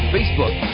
Facebook